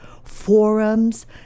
Forums